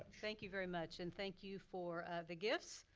thank you very much. and thank you for the gifts.